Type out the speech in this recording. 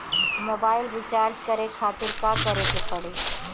Mobile recharge करे खातिर का करे के पड़ी?